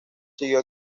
siguió